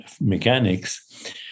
mechanics